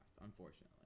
unfortunately